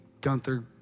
Gunther